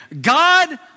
God